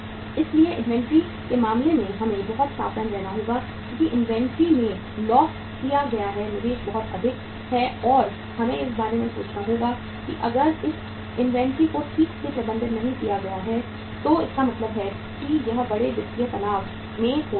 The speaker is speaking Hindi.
इसलिए इन्वेंट्री के मामले में हमें बहुत सावधान रहना होगा क्योंकि इन्वेंट्री में लॉक किया गया निवेश बहुत अधिक है और हमें इस बारे में सोचना होगा कि अगर इस इन्वेंट्री को ठीक से प्रबंधित नहीं किया गया तो इसका मतलब है कि यह बड़े वित्तीय तनाव में हो सकता है